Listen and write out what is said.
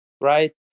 right